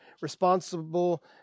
responsible